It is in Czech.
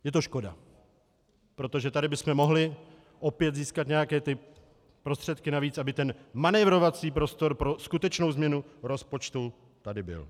Je to škoda, protože tady bychom mohli opět získat nějaké prostředky navíc, aby tady manévrovací prostor pro skutečnou změnu rozpočtu byl.